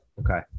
okay